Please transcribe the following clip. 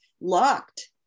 locked